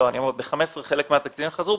ב-2015 חלק מהתקציבים חזרו.